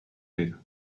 later